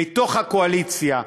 מתוך הקואליציה,